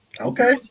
Okay